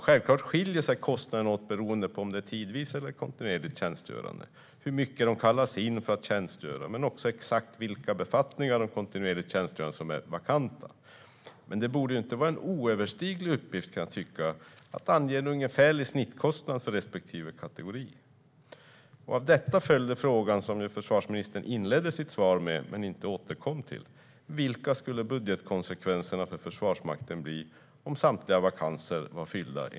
Självklart skiljer sig kostnaden åt beroende på om det är fråga om tidvis eller kontinuerligt tjänstgörande, hur mycket de kallas in att tjänstgöra och exakt vilka befattningar av de kontinuerligt tjänstgörande som är vakanta. Det borde inte vara en oöverstiglig uppgift att ange en ungefärlig snittkostnad för respektive kategori. Av detta följde frågan, som försvarsministern inledde sitt svar med men inte återkom till: "Vilka skulle budgetkonsekvenserna för Försvarsmakten bli om samtliga vakanser var fyllda?"